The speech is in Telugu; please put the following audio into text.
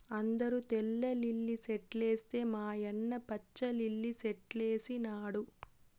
అందరూ తెల్ల లిల్లీ సెట్లేస్తే మా యన్న పచ్చ లిల్లి సెట్లేసినాడు